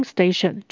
Station